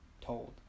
told